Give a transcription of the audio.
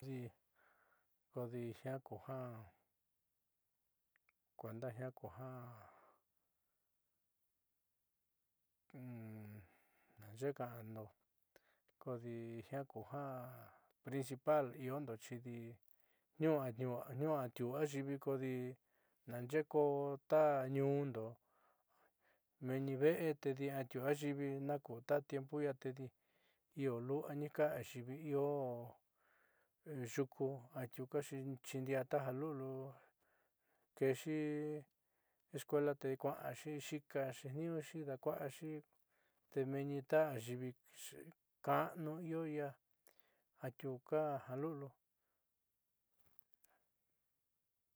Jiaa ku ja kuenda ku ja naaxe'e ka'ando kodi jiaa kuja principal iondo chidi niuu atiuu ayiivi kodi naaxe'e koó ta ñuundo meenni ve'e tedi afiuu ayiivi naku ta tiempo i'ia tedi io lu'anika ayiivi io yuku atiukaxi chi ndiaa taja lu'uliu keexi escuelo te kua'axi xi'ika xeetniiñuxi daakua'axi te meenni ta ayiivi ka'anu io i'ia atiuka ja lu'uliu.